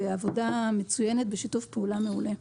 בעבודה מצוינת ובשיתוף פעולה מעולה.